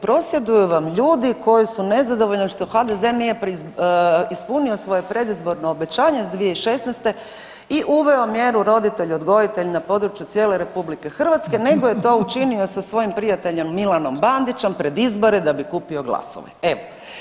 Prosvjeduju vam ljudi koji su nezadovoljni što HDZ nije ispunio svoje predizborno obećanje iz 2016. i uveo mjeru roditelj odgojitelj na području cijele RH nego je to učinio sa svojim prijateljem Milanom Bandićem pred izbore da bi kupio glasove, evo.